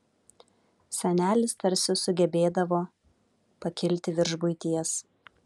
senelis tarsi sugebėdavo pakilti virš buities